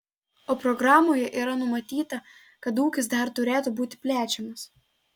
o programoje yra numatyta kad ūkis dar turėtų būti plečiamas